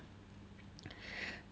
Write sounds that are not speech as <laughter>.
<breath>